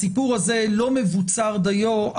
הסיפור הזה לא מבוצר דיו,